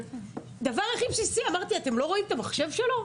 הדבר הכי בסיסי אתם לא רואים את המחשב שלו?